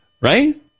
right